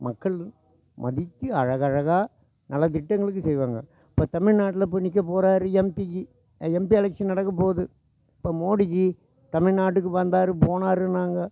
மக்கள் மதித்து அழகழகாக நல்லத் திட்டங்களுக்கு செய்வாங்க இப்போ தமிழ்நாட்டில் இப்போ நிற்க போகிறாரு எம்பிக்கு எம்பி எலெக்ஷன் நடக்கபோகுது இப்போ மோடிஜி தமிழ்நாட்டுக்கு வந்தார் போனாருன்னாங்க